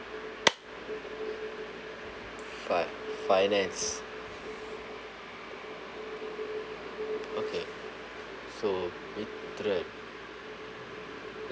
fi~ finance okay so